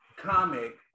comic